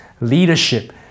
leadership